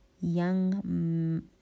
young